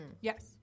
Yes